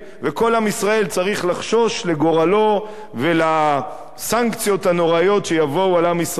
וכל עם ישראל צריך לחשוש לגורלו ולסנקציות הנוראיות שיבואו על עם ישראל.